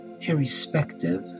irrespective